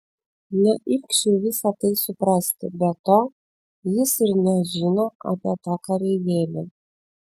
ne ilgšiui visa tai suprasti be to jis ir nežino apie tą kareivėlį